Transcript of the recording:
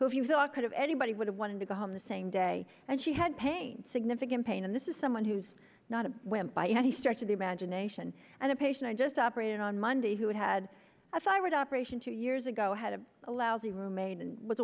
saw could have anybody would have wanted to go home the same day and she had pain significant pain and this is someone who's not a wimp by any stretch of the imagination and a patient i just operated on monday who had a thyroid operation two years ago had a a lousy roommate